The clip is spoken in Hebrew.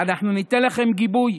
אנחנו ניתן לכם גיבוי.